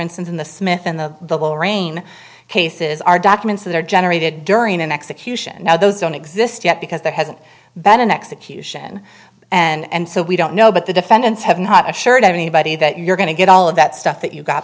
instance in the smith and the the rain cases are documents that are generated during an execution now those don't exist yet because there hasn't been an execution and so we don't know but the defendants have not assured anybody that you're going to get all of that stuff that you got